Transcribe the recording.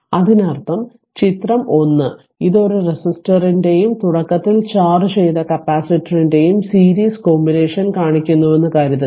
അതിനർത്ഥം ചിത്രം 1 ഇത് ഒരു റെസിസ്റ്ററിന്റെയും തുടക്കത്തിൽ ചാർജ്ജ് ചെയ്ത കപ്പാസിറ്ററിന്റെയും സീരീസ് കോമ്പിനേഷൻ കാണിക്കുന്നുവെന്ന് കരുതുക